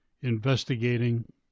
investigating